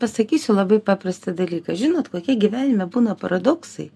pasakysiu labai paprastą dalyką žinot kokie gyvenime būna paradoksai